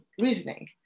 reasoning